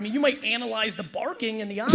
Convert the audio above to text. you might analyze the barking and the